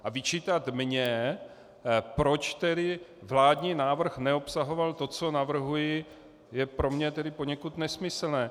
A vyčítat mně, proč tedy vládní návrh neobsahoval to, co navrhuji, je pro mě tedy poněkud nesmyslné.